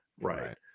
right